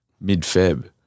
mid-Feb